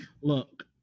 Look